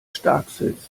stackselst